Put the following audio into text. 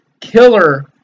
killer